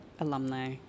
alumni